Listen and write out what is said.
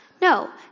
No